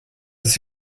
ist